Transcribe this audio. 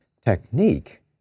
technique